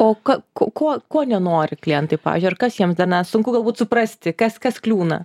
o ka k ko ko nenori klientai pavyzdžiui ar kas jiems ar ne sunku galbūt suprasti kas kas kliūna